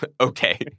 Okay